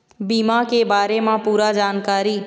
बीमा के बारे म पूरा जानकारी?